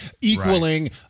equaling